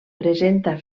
presenta